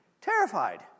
terrified